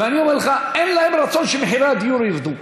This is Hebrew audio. ואני אומר לך, אין להם רצון שמחירי הדיור ירדו.